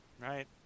right